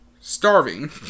Starving